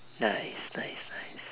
nice nice nice